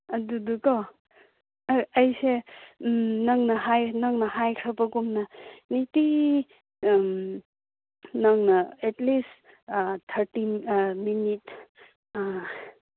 ꯑꯗꯨꯗꯣꯀꯣ ꯑꯩꯁꯦ ꯅꯪꯅ ꯍꯥꯏꯈ꯭ꯔꯕꯒꯨꯝꯅ ꯅꯨꯡꯇꯤꯒꯤ ꯅꯪꯅ ꯑꯦꯠꯂꯤꯁ ꯊꯥꯔꯇꯤ ꯃꯤꯅꯤꯠ